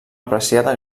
apreciada